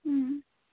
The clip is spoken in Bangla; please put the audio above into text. হুম